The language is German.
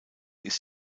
ist